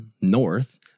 north